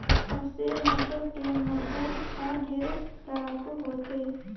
असेल नसल के मुरगा हर ढेरे लड़ाकू होथे